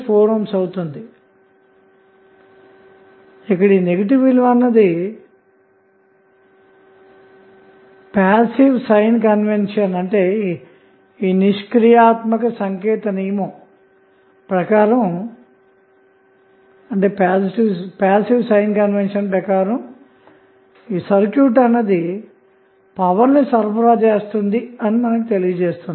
resistor యొక్క negative విలువ అన్నది నిష్క్రియాత్మక సంకేత నియమంpassive sign convention ప్రకారం సర్క్యూట్ అన్నది పవర్ ని సరఫరా చేస్తుందని మనకు తెలియజేస్తుంది